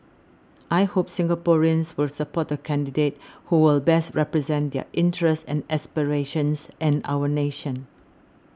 I hope Singaporeans will support the candidate who will best represent their interests and aspirations and our nation